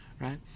right